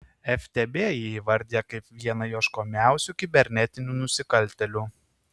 ftb jį įvardija kaip vieną ieškomiausių kibernetinių nusikaltėlių